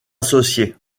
associé